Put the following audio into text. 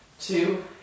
two